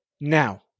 now